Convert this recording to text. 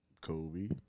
Kobe